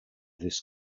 this